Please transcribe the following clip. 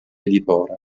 editore